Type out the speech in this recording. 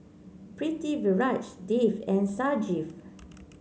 Pritiviraj Dev and Sanjeev